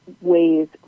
ways